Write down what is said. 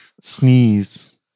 Sneeze